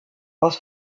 als